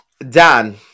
Dan